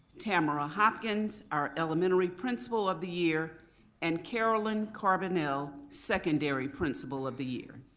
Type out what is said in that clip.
tamara hopkins, our elementary principal of the year and carolyn carbonell, secondary principal of the year.